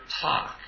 talk